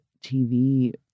TV